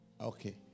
okay